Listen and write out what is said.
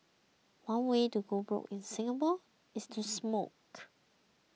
one way to go broke in Singapore is to smoke